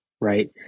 right